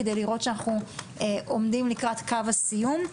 כדי לראות שאנחנו עומדים לקראת קו הסיום.